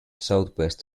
southwest